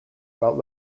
about